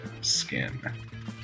skin